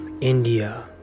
India